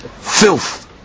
filth